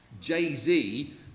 jay-z